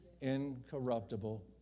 incorruptible